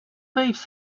waves